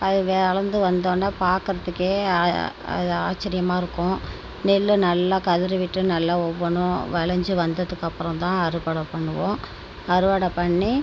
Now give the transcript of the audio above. அது வளர்ந்து வந்தோன பார்க்குறதுக்கே அது ஆச்சிரியமாக இருக்கும் நெல்லு நல்லா கதிரு விட்டு நல்லா ஒவ்வொன்றும் வளைஞ்சி வந்ததுக்கு அப்புறம் தான் அறுவடை பண்ணுவோம் அறுவடை பண்ணி